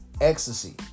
ecstasy